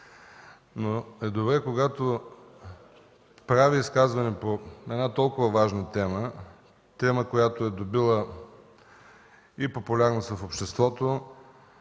но е добре, когато прави изказване по една толкова важна тема, която е добила и популярност в обществото,